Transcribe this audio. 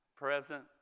Present